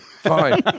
Fine